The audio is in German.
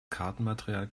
kartenmaterial